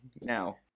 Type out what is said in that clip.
Now